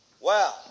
Wow